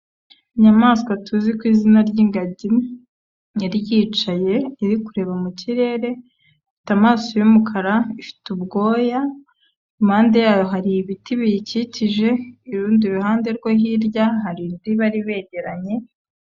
Inyamaswa tuzi ku izina ry'ingagi yari yicaye iri kureba mu kirere, ifite amaso y'umukara, ifite ubwoya, impande yayo hari ibiti biyikikije, urundi ruhande rwo hirya hari indi bari begeranye.